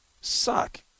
suck